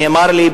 נאמר לי,